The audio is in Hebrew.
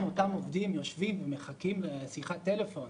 אותם עובדים יושבים ומחכים לשיחת טלפון